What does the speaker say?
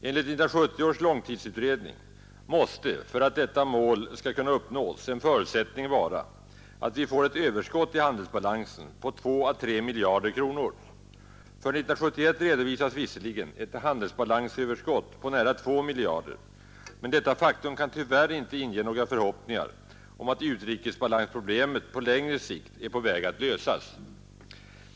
Enligt 1970 års långtidsutredning måste för att detta mål skall kunna uppnås en förutsättning vara att vi får ett överskott i handelsbalansen på 2 å 3 miljarder kronor. För 1971 redovisas visserligen ett handelsbalansöverskott på nära 2 miljarder, men detta faktum kan tyvärr inte inge några förhoppningar om att utrikesbalansproblemet på längre sikt är på väg att lösas.